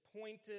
pointed